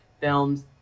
films